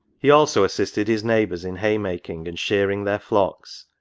he also assisted his neighbours in hay making and shear ing their flocks,